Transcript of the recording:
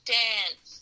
dance